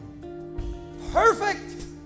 perfect